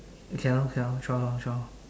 okay lor K lor twelve lor twelve